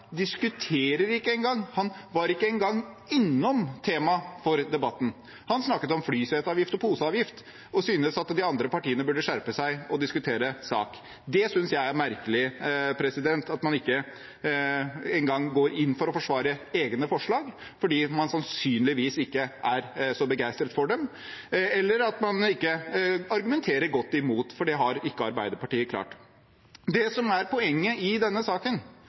diskuterer ikke engang, han var ikke engang innom temaet for debatten. Han snakket om flyseteavgift og poseavgift og syntes at de andre partiene burde skjerpe seg og diskutere sak. Det synes jeg er merkelig, at man ikke engang går inn for å forsvare egne forslag – fordi man sannsynligvis ikke er så begeistret for dem – eller at man ikke argumenterer godt imot, for det har ikke Arbeiderpartiet klart. Det som er poenget i denne saken,